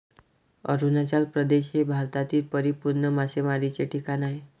अरुणाचल प्रदेश हे भारतातील परिपूर्ण मासेमारीचे ठिकाण आहे